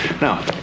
Now